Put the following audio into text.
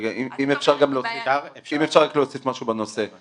אם אפשר רק להוסיף משהו בנושא.